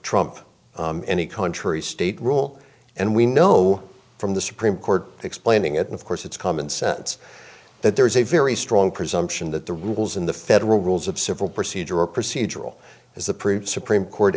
trump any country state rule and we know from the supreme court explaining it of course it's common sense that there is a very strong presumption that the rules in the federal rules of civil procedure are procedural is approved supreme court